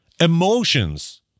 Emotions